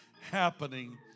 happening